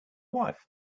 wife